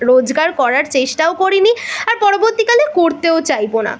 রোজগার করার চেষ্টাও করিনি আর পরবর্তীকালে করতেও চাইব না